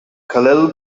khalil